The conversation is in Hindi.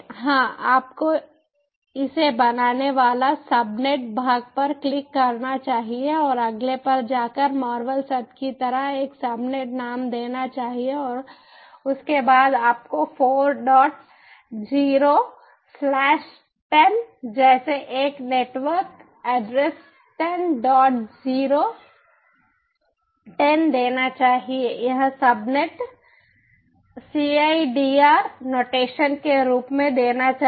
हाँ आपको इसे बनाने वाला सबनेट भाग पर क्लिक करना चाहिए और अगले पर जाकर मार्वल सब की तरह एक सबनेट नाम देना चाहिए और उसके बाद आपको four dot zero slash ten जैसे एक network address ten dot zero ten देना चाहिए यह subnet C I D R notation के रूप में देना चाहिए